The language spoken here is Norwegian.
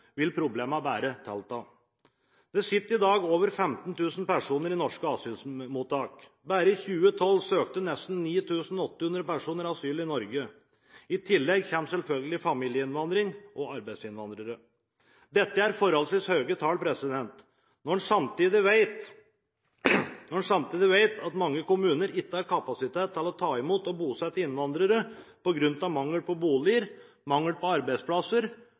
vil problemene bare tilta. Det sitter i dag over 15 000 personer i norske asylmottak. Bare i 2012 søkte nesten 9 800 personer asyl i Norge. I tillegg kommer selvfølgelig familieinnvandring og arbeidsinnvandring. Dette er forholdsvis høye tall. Når en samtidig vet at mange kommuner ikke har kapasitet til å ta imot og bosette innvandrere på grunn av mangel på boliger, mangel på arbeidsplasser